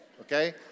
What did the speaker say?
okay